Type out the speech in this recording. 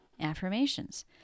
affirmations